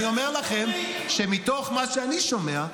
אני אומר לכם שמתוך מה שאני שומע,